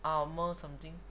armour something